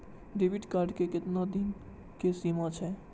Debit card के केतना दिन के सीमा छै?